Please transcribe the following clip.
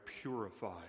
purified